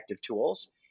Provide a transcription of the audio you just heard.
tools